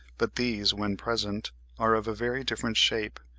but these when present are of a very different shape,